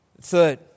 Third